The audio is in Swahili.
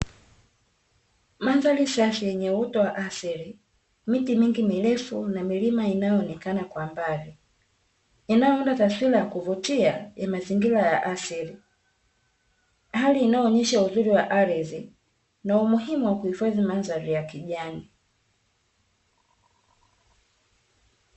Mandhari safi yenye uoto wa asili, miti mingi mirefu na milima inayoonekana kwa mbali inayounda taswira ya kuvutia ya mazingira ya asili. Hali inayoonyesha uzuri wa ardhi na umuhimu wa kuhifadhi mandhari ya kijani.